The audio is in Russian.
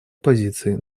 позиции